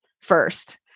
first